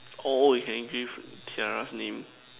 or we can engrave tiara's name